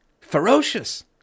ferocious